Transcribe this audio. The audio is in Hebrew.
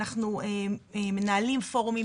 אנחנו מנהלים פורומים,